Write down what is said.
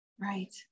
Right